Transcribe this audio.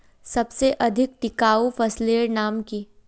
सबसे अधिक टिकाऊ फसलेर नाम की?